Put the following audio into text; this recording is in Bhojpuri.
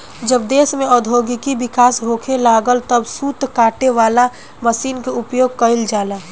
जब देश में औद्योगिक विकास होखे लागल तब सूत काटे वाला मशीन के उपयोग गईल जाला